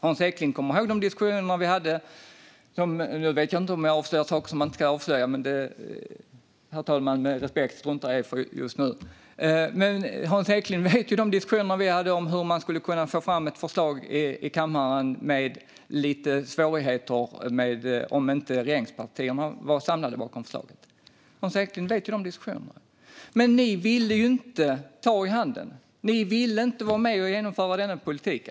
Hans Eklind kommer ihåg de diskussioner vi hade. Jag vet inte om jag nu avslöjar saker som man inte ska avslöja. Men med all respekt, fru talman, struntar jag i det just nu. Hans Eklind vet om de diskussioner som vi hade om hur man skulle kunna få fram ett förslag i kammaren med lite svårigheter om inte regeringspartierna var samlade bakom förslaget. Hans Eklind vet om de diskussionerna. Ni ville inte ta i handen. Ni ville inte vara med och genomföra denna politik.